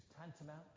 tantamount